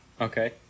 Okay